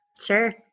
sure